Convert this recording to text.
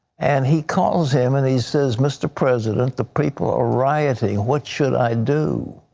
and he calls him, and he says, mr. president, the people are rioting, what should i do?